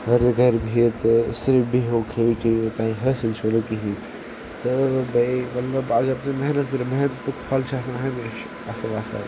اگر تُہۍ گَرِ بِہِتھ تہٕ صرف بِہِو کھیٚیِو چیٚیِو تۄہہِ حٲصِل چھُو نہٕ کِہیٖنۍ تہٕ بیٚیہِ مطلب اگر تُہۍ محنت کٔرِو محنتُک پھل چھِ آسان ہمیشہِ اَصٕل آسان